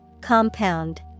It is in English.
Compound